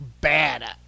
bad